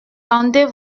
tendez